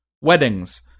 Weddings